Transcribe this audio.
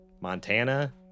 Montana